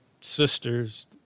sisters